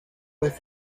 was